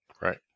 Right